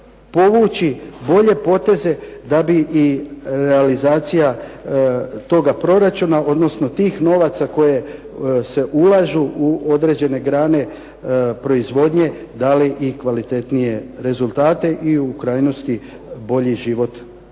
povući bolje poteze da bi i realizacija toga proračuna, odnosno tih novaca koja se ulažu u određene grane proizvodnje dali i kvalitetnije rezultate i u krajnosti bolji život ljudi koji